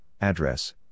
address